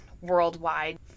worldwide